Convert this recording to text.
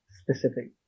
specific